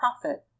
profit